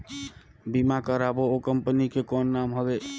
बीमा करबो ओ कंपनी के कौन नाम हवे?